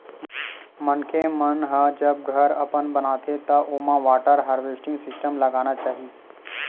मनखे मन ह जब घर अपन बनाथे त ओमा वाटर हारवेस्टिंग सिस्टम लगाना चाही